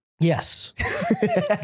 Yes